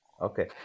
Okay